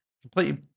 completely